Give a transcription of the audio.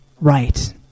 Right